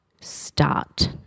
start